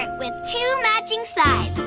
with two matching sides.